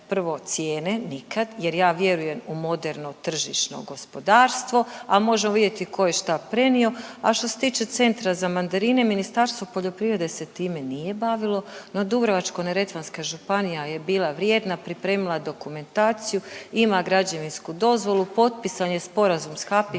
prvo cijene nikad, jer ja vjerujem u moderno tržišno gospodarstvo, a možemo vidjeti tko je šta prenio. A što se tiče Centra za mandarine Ministarstvo poljoprivrede se time nije bavilo, no Dubrovačko-neretvanska županija je bila vrijedna, pripremila dokumentaciju. Ima građevinsku dozvolu, potpisan je sporazum sa